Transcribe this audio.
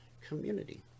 community